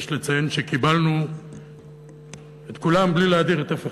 יש לציין שקיבלנו את כולם בלי להדיר אף אחד,